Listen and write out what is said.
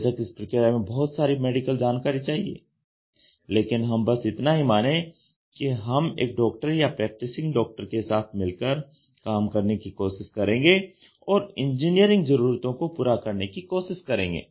बेशक इस प्रक्रिया में बहुत सारी मेडिकल जानकारी चाहिए लेकिन हम बस इतना ही माने कि हम एक डॉक्टर या प्रैक्टिसिंग डॉक्टर के साथ मिलकर काम करने की कोशिश करेंगे और इंजीनियरिंग जरूरतों को पूरा करने की कोशिश करेंगे